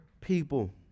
people